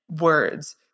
words